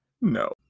No